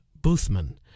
Boothman